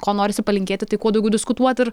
ko norisi palinkėti tai kuo daugiau diskutuot ir